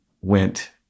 went